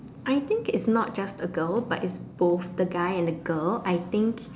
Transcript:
I think it's not just the girl it's both the guy and the girl I think